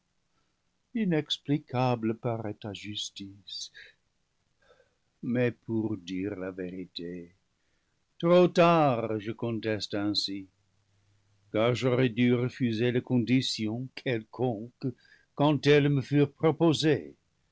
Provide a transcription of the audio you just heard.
inexplicable paraît ta justice mais pour dire la vérité trop tard je conteste ainsi car j'aurais dû refuser les conditions quelconques quand elles me furent proposées